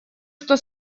что